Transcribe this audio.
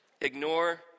Ignore